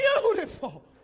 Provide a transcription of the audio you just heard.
Beautiful